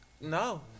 No